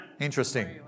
Interesting